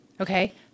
okay